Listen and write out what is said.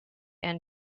and